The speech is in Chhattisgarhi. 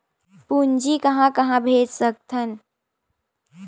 पूंजी कहां कहा भेज सकथन?